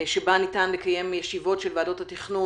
שבה ניתן לקיים ישיבות של ועדות התכנון